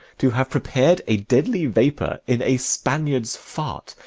to have prepared a deadly vapour in a spaniard's fart,